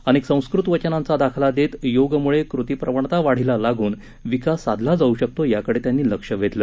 अनेक संस्कृत वचनांचा दाखला देत योगमुळे कृतीप्रवणता वाढीला लागून विकास साधला जाऊ शकतो याकडे त्यांनी लक्ष वेधलं